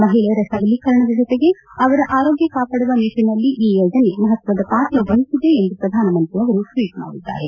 ಮಹಿಳೆಯರ ಸಬಲೀಕರಣದ ಜೊತೆಗೆ ಅವರ ಆರೋಗ್ಯ ಕಾಪಾಡುವ ನಿಟ್ಟಿನಲ್ಲಿ ಈ ಯೋಜನೆ ಮಹತ್ವದ ಪಾತ್ರ ವಹಿಸಿದೆ ಎಂದು ಪ್ರಧಾನಮಂತ್ರಿ ಟ್ವೀಟ್ ಮಾಡಿದ್ದಾರೆ